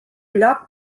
lloc